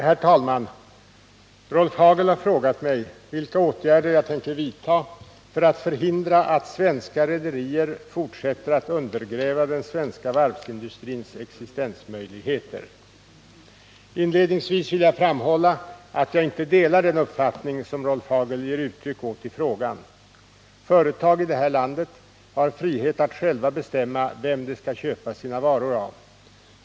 Herr talman! Rolf Hagel har frågat mig vilka åtgärder jag tänker vidta för att förhindra att svenska rederier fortsätter att undergräva den svenska varvsindustrins existensmöjligheter. Inledningsvis vill jag framhålla att jag inte delar den uppfattning som Rolf Hagel ger uttryck åt i frågan. Företag i det här landet har frihet att själva bestämma vem de skall köpa sina varor av.